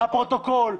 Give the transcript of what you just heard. את הפרוטוקול.